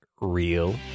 real